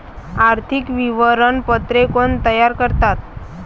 आर्थिक विवरणपत्रे कोण तयार करतात?